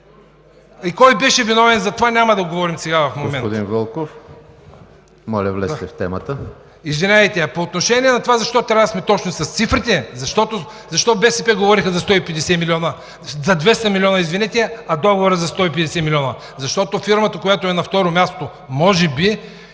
И кой беше виновен за това – няма да говорим сега в момента?!